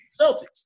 Celtics